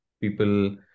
people